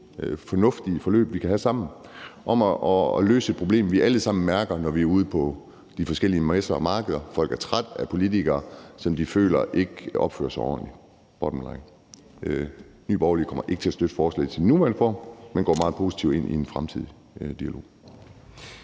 fornuftige forløb, vi kan have sammen, om at løse et problem, vi alle sammen mærker, når vi er ude på de forskellige messer og markeder. Folk er trætte af politikere, som de føler ikke opfører sig ordentligt – bottom line. Nye Borgerlige kommer ikke til at støtte forslaget i dets nuværende form, men går meget positivt ind i en fremtidig dialog.